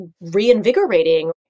reinvigorating